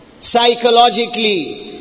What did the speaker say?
psychologically